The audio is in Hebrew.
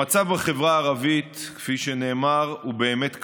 המצב בחברה הערבית, כפי שנאמר, הוא באמת קשה,